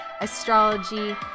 astrology